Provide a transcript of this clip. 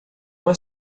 uma